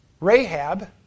Rahab